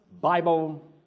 Bible